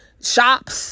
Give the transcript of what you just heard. shops